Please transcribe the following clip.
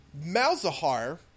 Malzahar